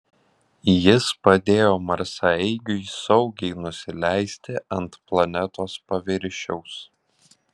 jis padėjo marsaeigiui saugiai nusileisti ant planetos paviršiaus